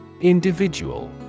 Individual